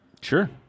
Sure